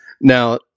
Now